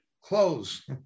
close